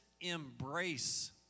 embrace